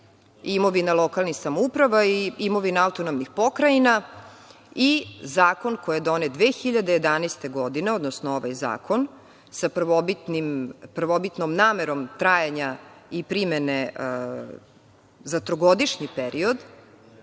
imovina lokalnih samouprava i imovina autonomnih pokrajina. Zakon koji je donet 2011. godine, odnosno ovaj zakon, sa prvobitnom namerom trajanja i primenom za trogodišnji period